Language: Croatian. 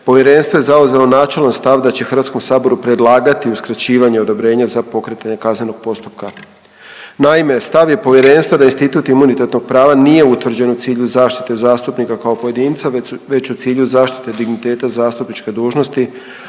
povjerenstvo je zauzelo načelan stav da će HS predlagati uskraćivanje odobrenja za pokretanje kaznenog postupka. Naime, stav je povjerenstva da institut imunitetnog prava nije utvrđen u cilju zaštite zastupnika kao pojedinca već u cilju zaštite digniteta zastupničke dužnosti,